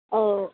ఓ